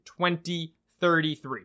2033